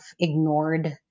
ignored